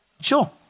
Sure